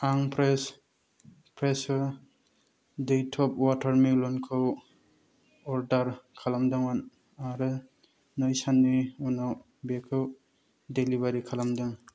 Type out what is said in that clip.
आं फ्रेश' फ्रेसु दैथब वाटारमिलनखौ अर्डार खालामदोंमोन आरो नै साननि उनाव बेखौ डेलिबारि खालामदों